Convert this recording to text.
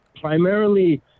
Primarily